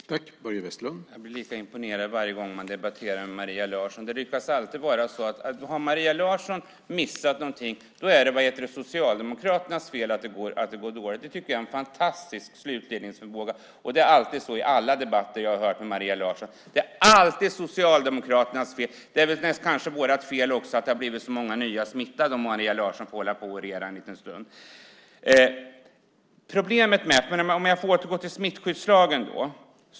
Herr talman! Jag blir lika imponerad varenda gång jag debatterar med Maria Larsson. Har Maria Larsson missat någonting är det Socialdemokraternas fel att det går dåligt. Det är en fantastisk slutledningsförmåga. Det är alltid så i alla debatter jag har hört med Maria Larsson. Det är alltid Socialdemokraternas fel. Det är kanske också vårt fel att så många har blivit smittade om Maria Larsson får hålla på att orera en liten stund. Jag återgår till smittskyddslagen.